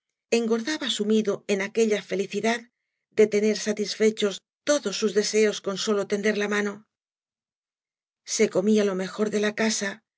engordaba sumido en aquella felicidad de tener satisfechos todos sus deseos con sólo tender la mano se comía lo mejor de la casa